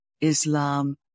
Islam